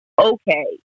okay